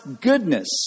goodness